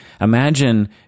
Imagine